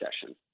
session